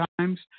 Times